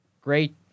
Great